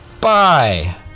bye